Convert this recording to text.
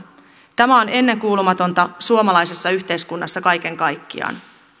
tämä on ennenkuulumatonta suomalaisessa yhteiskunnassa kaiken kaikkiaan